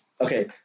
Okay